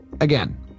again